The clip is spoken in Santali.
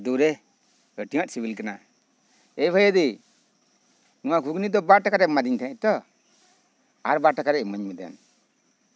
ᱰᱷᱩᱨᱮ ᱟᱹᱰᱤ ᱟᱸᱴ ᱥᱤᱵᱤᱞ ᱠᱟᱱᱟ ᱮᱭ ᱵᱷᱟᱹᱭᱟᱹᱫᱤ ᱱᱚᱣᱟ ᱜᱷᱩᱜᱽᱱᱤ ᱫᱚ ᱵᱟᱴ ᱴᱟᱠᱟ ᱨᱮᱭᱟᱜ ᱮᱢ ᱮᱢᱟ ᱫᱤᱧ ᱛᱟᱸᱦᱮᱜᱼᱟ ᱛᱚ ᱟᱨ ᱵᱟᱴ ᱴᱟᱠᱟ ᱨᱮᱭᱟᱜ ᱤᱢᱟᱹᱧ ᱢᱮ ᱫᱮᱱ